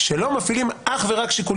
את הפיקוח הציבורי, כי כאן מתקיים הדיון הציבורי.